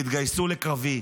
תתגייסו לקרבי,